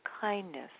kindness